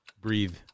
Breathe